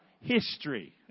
history